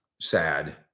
sad